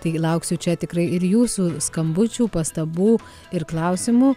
taigi lauksiu čia tikrai ir jūsų skambučių pastabų ir klausimų